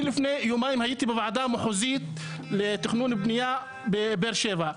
אני לפני יומיים הייתי בוועדה המחוזית לתכנון ובנייה בבאר שבע.